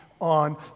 on